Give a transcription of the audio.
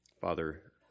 Father